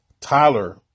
Tyler